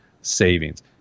savings